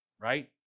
right